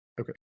Okay